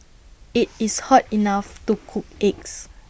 IT is hot enough to cook eggs